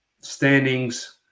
standings